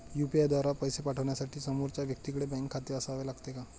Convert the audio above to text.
UPI द्वारा पैसे पाठवण्यासाठी समोरच्या व्यक्तीकडे बँक खाते असावे लागते का?